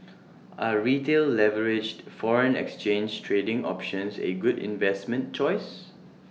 are retail leveraged foreign exchange trading options A good investment choice